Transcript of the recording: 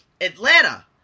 Atlanta